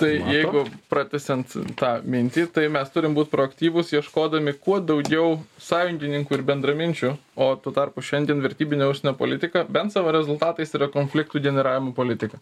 tai jeigu pratęsiant tą mintį tai mes turim būt proaktyvūs ieškodami kuo daugiau sąjungininkų ir bendraminčių o tuo tarpu šiandien vertybinė užsienio politika bent savo rezultatais yra konfliktų generavimo politika